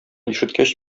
ишеткәч